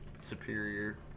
superior